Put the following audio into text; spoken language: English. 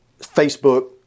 Facebook